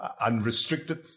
unrestricted